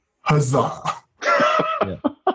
Huzzah